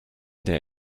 day